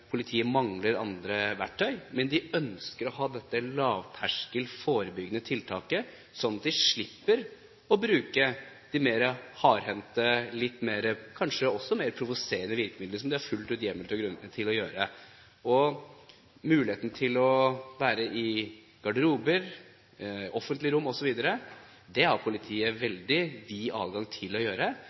politiet mangler andre verktøy, men de ønsker å ha dette lavterskel, forebyggende tiltaket, sånn at de slipper å bruke de mer hardhendte, kanskje også mer provoserende, virkemidlene, som de fullt ut har hjemmel til å bruke. Muligheten til å være i garderober, i det offentlige rom osv., har politiet veldig vid adgang til. Dette er en mulighet til å